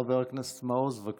חבר הכנסת מעוז, בבקשה,